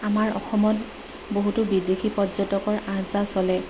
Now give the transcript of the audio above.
আমাৰ অসমত বহুতো বিদেশী পৰ্যটকৰ আহযাহ চলে